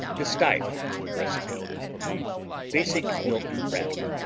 the stieff recipe basic milk rabbit